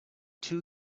two